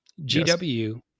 GW